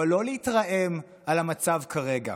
אבל לא להתרעם על המצב כרגע,